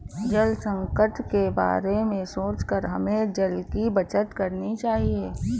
जल संकट के बारे में सोचकर हमें जल की बचत करनी चाहिए